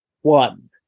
One